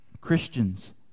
Christians